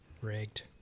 Rigged